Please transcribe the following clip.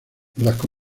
aquí